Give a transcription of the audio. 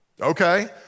Okay